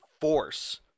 force